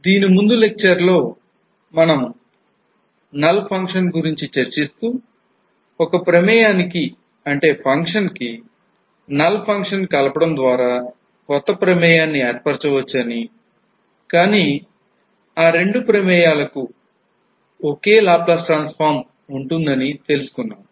దీని ముందు లెక్చర్ లో మనం నల్ ఫంక్షన్ గురించి చర్చిస్తూ ఒక ప్రమేయాని కి function కి నల్ ఫంక్షన్ కలపడం ద్వారా కొత్త ప్రమేయాన్ని function ను ఏర్పరచవచ్చు అని కానీ ఆ రెండు ప్రమేయాల కూ functions కు ఓకే Laplace transform ఉంటుందని తెలుసుకున్నాం